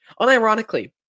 Unironically